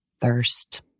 thirst